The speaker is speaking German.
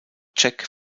jack